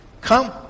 Come